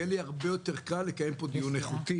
יהיה לי הרבה יותר קל לקיים פה דיון איכותי